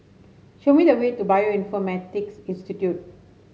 show me the way to Bioinformatics Institute